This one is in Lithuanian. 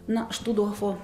na štuthofo